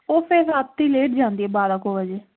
ਉਹ ਫਿਰ ਰਾਤੀ ਲੇਟ ਜਾਂਦੀ ਏ ਬਾਰਾਂ ਕੁ ਵਜੇ